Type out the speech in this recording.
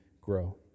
grow